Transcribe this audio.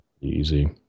easy